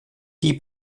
die